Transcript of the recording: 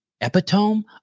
epitome